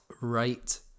right